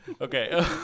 Okay